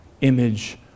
image